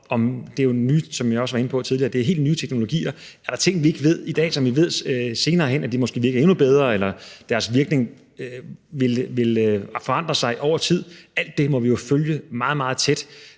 der er ting, som vi ikke ved i dag, men som vi ved senere hen – at de måske virker endnu bedre, eller at deres virkning vil forandre sig over tid. Alt det må vi jo følge meget,